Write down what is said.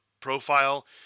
profile